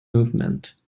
movement